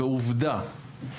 בעובדה,